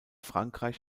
frankreich